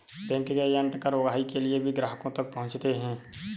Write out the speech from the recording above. bank के agent कर उगाही के लिए भी ग्राहकों तक पहुंचते हैं